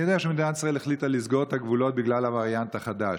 אני יודע שמדינת ישראל החליטה לסגור את הגבולות בגלל הווריאנט החדש,